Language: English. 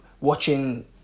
watching